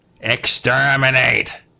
exterminate